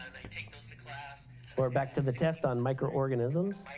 take those to class or back to the test on microorganisms.